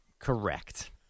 Correct